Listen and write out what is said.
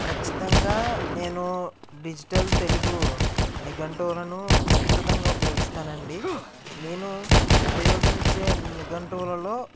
ఖచ్చితంగా నేను డిజిటల్ తెలుగు నిఘంటువులను విస్తృతంగా ఉపయోగిస్తాను అండి నేను ఉపయోగించే నిఘంటువులల్లో